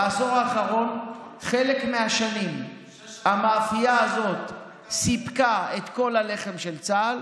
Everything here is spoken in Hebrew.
בעשור האחרון חלק מהשנים המאפייה הזאת סיפקה את כל הלחם של צה"ל